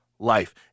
Life